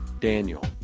daniel